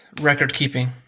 record-keeping